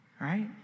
Right